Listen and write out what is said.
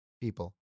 people